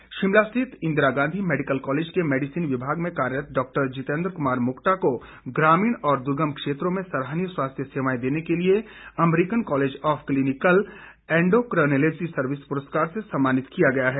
सम्मान शिमला रिथत Indira Gandhi medical college के मेडिसिन विभाग में कार्यरत डाक्टर जितेंद्र कुमार मोक्टा को ग्रामीण और दुगर्म क्षेत्रों में सराहनीय स्वास्थ्य सेवाएं देने के लिए American college of clinical endocrinology service पुरस्कार से सम्मानित किया गया है